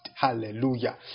Hallelujah